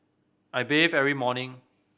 I bathe every morning